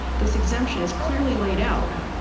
this exemption is clearly laid out.